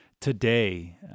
today